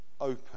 open